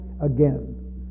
again